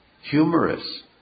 humorous